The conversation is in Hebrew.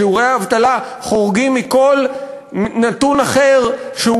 שיעורי האבטלה חורגים מכל נתון אחר שהוא